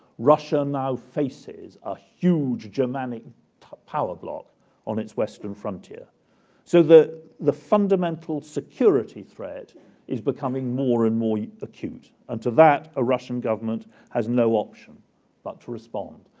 russia now faces a huge germanic power bloc on its western frontier so that the fundamental security threat is becoming more and more acute. and to that, a russian government has no option but to respond.